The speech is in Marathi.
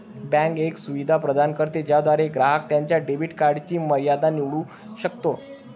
बँक एक सुविधा प्रदान करते ज्याद्वारे ग्राहक त्याच्या डेबिट कार्डची मर्यादा निवडू शकतो